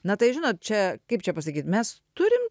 na tai žinot čia kaip čia pasakyti mes turim